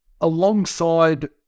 alongside